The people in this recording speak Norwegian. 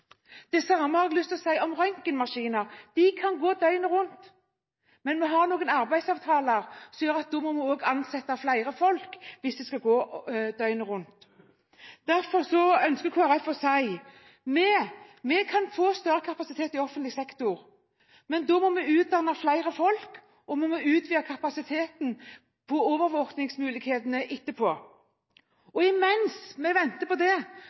Det samme har jeg lyst til å si om røntgenmaskiner. De kan gå døgnet rundt, men vi har noen arbeidsavtaler som gjør at vi – hvis disse maskinene skal gå døgnet rundt – må ansette flere folk. Derfor ønsker Kristelig Folkeparti å si: Vi kan få større kapasitet i offentlig sektor, men da må vi utdanne flere folk. Og vi må utvide kapasiteten når det gjelder overvåkingsmulighetene. Mens vi venter på dette, er det